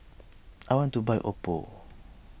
I want to buy Oppo